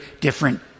different